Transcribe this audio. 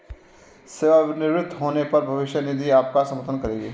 सेवानिवृत्त होने पर भविष्य निधि आपका समर्थन करेगी